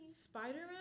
Spider-Man